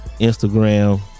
Instagram